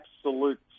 absolute